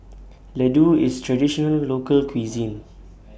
Ladoo IS Traditional Local Cuisine